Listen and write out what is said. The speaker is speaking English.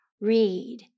read